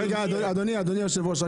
אדוני היושב-ראש,